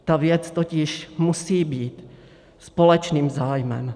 Ta věc totiž musí být společným zájmem.